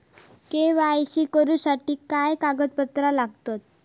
KYC करूच्यासाठी काय कागदपत्रा लागतत?